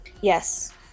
Yes